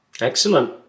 Excellent